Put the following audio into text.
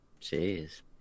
Jeez